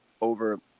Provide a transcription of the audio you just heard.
over